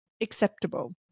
acceptable